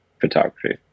photography